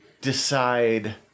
decide